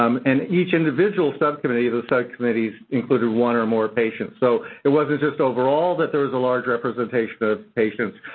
um and each individual subcommittee, those subcommittees included one or more patients. so, it wasn't just overall that there was a large representation of patients.